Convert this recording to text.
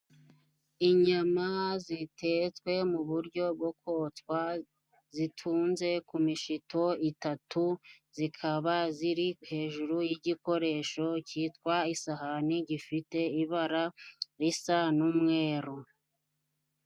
Inyama zitetswe mu buryo bwo kotswa ,zitunze ku mishito itatu zikaba ziri hejuru y'igikoresho cyitwa isahani, gifite ibara risa n'umweru.